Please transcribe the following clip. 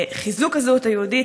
חברת הכנסת סתיו שפיר,